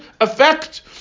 affect